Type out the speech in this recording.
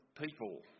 people